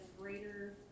greater